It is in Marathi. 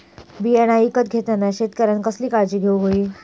बियाणा ईकत घेताना शेतकऱ्यानं कसली काळजी घेऊक होई?